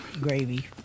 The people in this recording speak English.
gravy